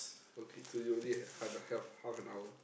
okay so you only have half half an hour